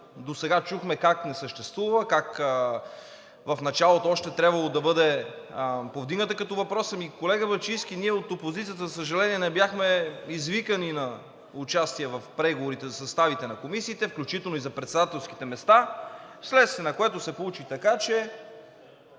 досега чухме как не е съществувала, как още в началото е трябвало да бъде повдигната като въпрос. Колега Бачийски, от опозицията, за съжаление, не бяхме извикани за участие в преговорите за съставите на комисиите, включително и за председателските места, вследствие на което се получи така, че